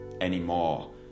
anymore